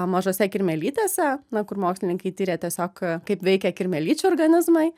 mažose kirmėlytėse na kur mokslininkai tiria tiesiog kaip veikia kirmėlyčių organizmai